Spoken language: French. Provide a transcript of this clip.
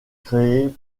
créée